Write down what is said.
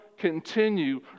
continue